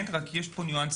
יש ניואנס